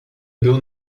był